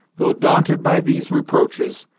though daunted by these reproaches,